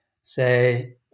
say